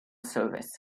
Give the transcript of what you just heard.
service